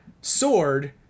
sword